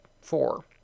four